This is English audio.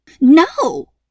No